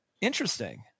Interesting